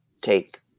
take